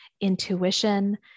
intuition